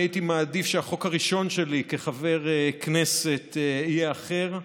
אני הייתי מעדיף שהחוק הראשון שלי כחבר כנסת יהיה אחר,